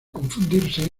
confundirse